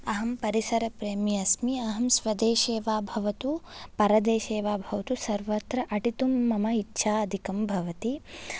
अहं परिसरप्रेमी अस्मि अहं स्वदेशे वा भवतु परदेशे वा भवतु सर्वत्र अटितुं मम इच्छाधिकं भवति